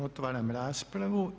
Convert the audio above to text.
Otvaram raspravu.